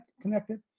connected